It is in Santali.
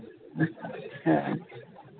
ᱦᱮᱸ